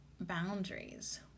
Boundaries